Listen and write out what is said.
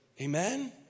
Amen